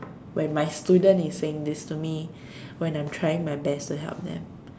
when my student is saying this to me when I'm trying my best to help them